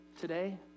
today